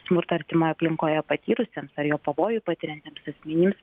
smurtą artimoje aplinkoje patyrusiems ar jo pavojų patiriantiems asmenims